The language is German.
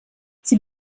sie